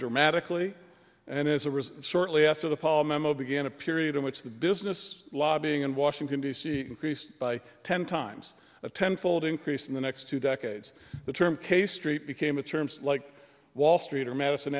dramatically and as a result shortly after the paul memo began a period in which the business lobbying in washington d c increased by ten times a ten fold increase in the next two decades the term k street became a terms like wall street or madison